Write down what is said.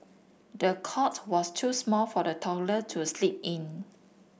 the cot was too small for the toddler to sleep in